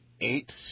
Eight